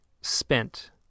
spent